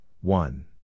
one